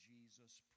Jesus